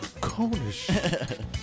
Conish